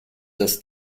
das